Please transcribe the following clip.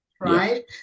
right